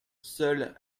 seule